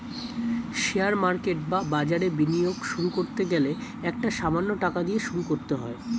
share market বা বাজারে বিনিয়োগ শুরু করতে গেলে একটা সামান্য টাকা দিয়ে শুরু করতে হয়